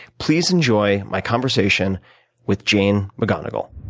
please enjoy my conversation with jane mcgonigal.